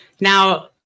Now